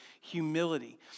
humility